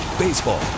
Baseball